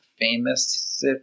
famous